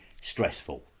stressful